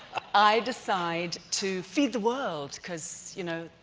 i decide to feed the world because, you know,